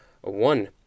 one